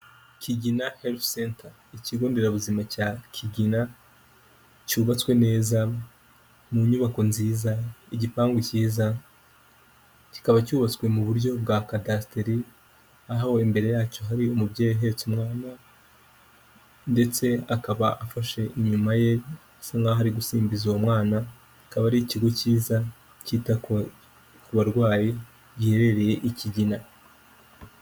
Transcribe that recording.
Kigina health center, ikigo nderabuzima cya Kigina cyubatswe neza, mu nyubako nziza, igipangu cyiza, kikaba cyubatswe mu buryo bwa cadasteri, aho imbere yacyo hari umubyeyi uhetse umwana, ndetse akaba afashe inyuma ye bisa nkaho ari gusimbiza uwo mwana. Akaba ari ikigo cyiza cyita ku barwayi giherereye i Kigina.